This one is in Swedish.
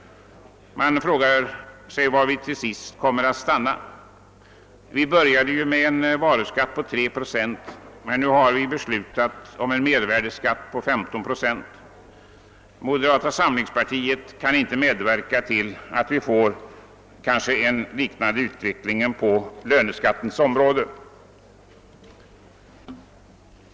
Jag frågar mig var det hela till sist kommer att stanna. Vi började med en varuskatt på 3 procent, men nu har vi beslutat om en mervärdeskatt på 15 procent. Moderata samlingspartiet kan inte medverka till en liknande utveckling på löneskattens område.